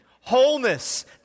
wholeness